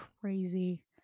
crazy